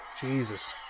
Jesus